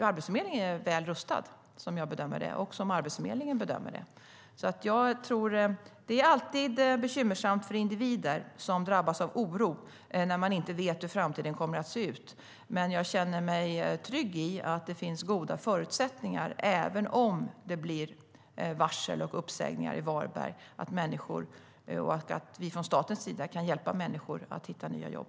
Arbetsförmedlingen är väl rustad som jag, och också Arbetsförmedlingen, bedömer det. Det är alltid bekymmersamt för individer som drabbas av oro när de inte vet hur framtiden kommer att se ut. Men jag känner mig trygg i att det finns goda förutsättningar även om det blir varsel och uppsägningar i Varberg och att vi från statens sida kan hjälpa människor att hitta nya jobb.